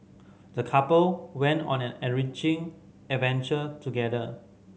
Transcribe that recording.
the couple went on an enriching adventure together